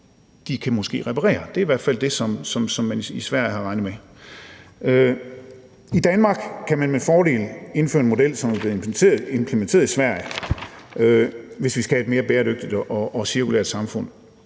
de kan måske reparere. Det er i hvert fald det, som man har regnet med i Sverige. I Danmark kan man med fordel indføre en model som den, der er blevet implementeret i Sverige. Hvis vi skal have et mere bæredygtigt og cirkulært samfund,